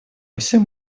всем